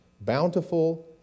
bountiful